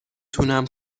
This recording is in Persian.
تونم